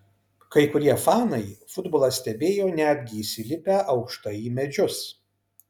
kai kurie fanai futbolą stebėjo netgi įsilipę aukštai į medžius